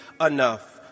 enough